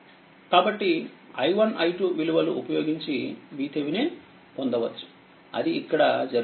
కాబట్టి i1i2 విలువలు ఉపయోగించి VThevenin పొందవచ్చు అది ఇక్కడ జరుగుతుంది